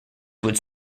would